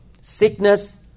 sickness